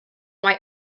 why